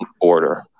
order